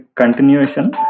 continuation